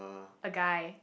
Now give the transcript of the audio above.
the guy